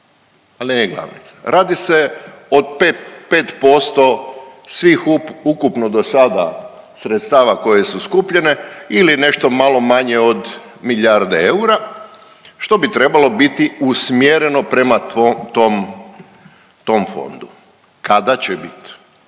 A ne i glavnica. Radi se o 5% svih ukupno do sada sredstava koje su skupljene ili nešto malo manje od milijarde eura, što bi trebalo biti usmjereno prema tom fondu. Kada će biti,